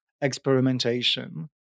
experimentation